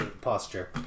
posture